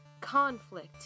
conflict